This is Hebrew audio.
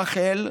רח"ל,